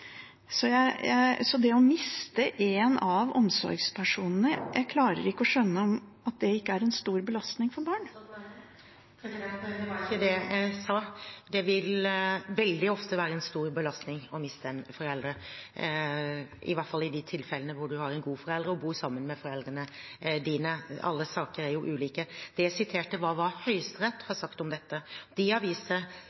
Det å miste en av omsorgspersonene – jeg klarer ikke å skjønne at det ikke er en stor belastning for barn. Det var ikke det jeg sa. Det vil veldig ofte være en stor belastning å miste en forelder, i hvert fall i de tilfellene hvor du har en god forelder og bor sammen med foreldrene dine. Alle saker er jo ulike. Det jeg refererte til, var hva Høyesterett har